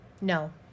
No